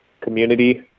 community